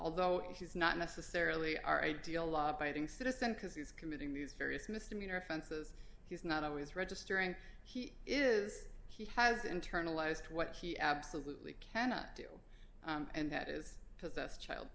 although she's not necessarily our ideal law abiding citizen because he's committing these various misdemeanor offenses he's not always registering he is he has internalized what he absolutely cannot do and that is possessed child